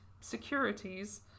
securities